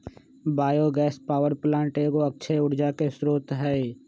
bio gas power plant एगो अक्षय ऊर्जा के स्रोत हइ